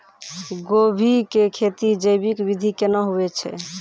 गोभी की खेती जैविक विधि केना हुए छ?